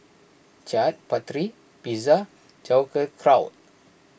Chaat Papri Pizza Sauerkraut